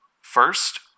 first